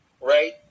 right